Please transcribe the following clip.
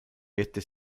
este